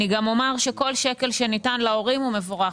גם אומר שכל שקל שניתן להורים הוא מבורך.